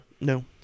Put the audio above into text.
No